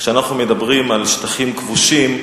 כשאנחנו מדברים על שטחים כבושים,